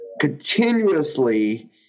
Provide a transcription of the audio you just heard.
continuously